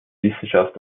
wissenschaft